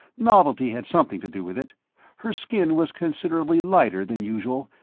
novelty had something to do with it her skin was considerably lighter than usual,